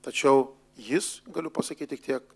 tačiau jis galiu pasakyt tik tiek